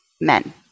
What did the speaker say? men